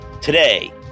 Today